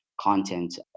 content